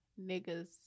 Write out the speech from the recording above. niggas